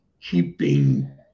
keeping